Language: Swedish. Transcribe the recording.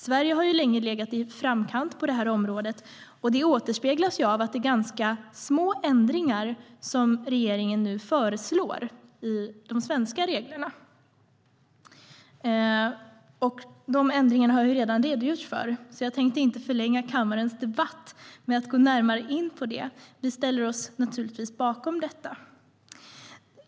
Sverige har länge legat i framkant på området, och det återspeglas av att det är små ändringar som regeringen föreslår i de svenska reglerna. De ändringarna har redan redogjorts för, så jag tänker inte förlänga kammarens debatt med att gå närmare in på dem. Vi ställer oss naturligtvis bakom dem.